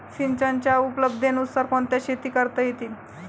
सिंचनाच्या उपलब्धतेनुसार कोणत्या शेती करता येतील?